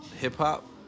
hip-hop